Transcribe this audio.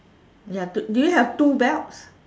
ya two do you have two belts